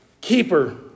keeper